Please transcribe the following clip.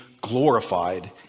glorified